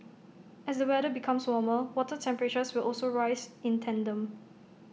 as the weather becomes warmer water temperatures will also rise in tandem